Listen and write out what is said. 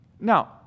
Now